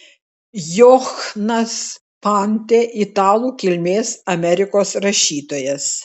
johnas fante italų kilmės amerikos rašytojas